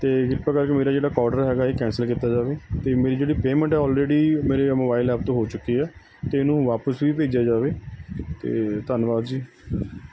ਅਤੇ ਕਿਰਪਾ ਕਰਕੇ ਮੇਰਾ ਜਿਹੜਾ ਔਡਰ ਹੈਗਾ ਇਹ ਕੈਂਸਲ ਕੀਤਾ ਜਾਵੇ ਅਤੇ ਮੇਰੀ ਜਿਹੜੀ ਪੇਮੈਂਟ ਹੈ ਅੋਲਰੇਡੀ ਮੇਰੇ ਮੋਬਾਈਲ ਐਪ ਤੋਂ ਹੋ ਚੁੱਕੀ ਹੈ ਅਤੇ ਇਹਨੂੰ ਵਾਪਸ ਵੀ ਭੇਜਿਆ ਜਾਵੇ ਅਤੇ ਧੰਨਵਾਦ ਜੀ